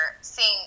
seeing